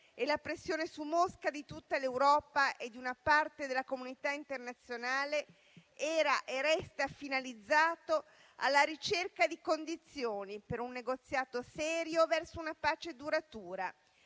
e la pressione su Mosca di tutta l'Europa e di una parte della comunità internazionale erano e restano finalizzati alla ricerca di condizioni per un negoziato serio verso una pace duratura,